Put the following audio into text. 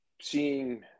seeing